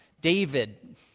David